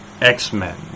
X-Men